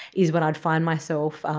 is when i'd find myself,